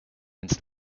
więc